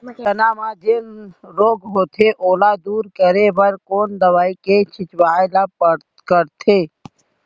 चना म जेन रोग होथे ओला दूर करे बर कोन दवई के छिड़काव ल करथे?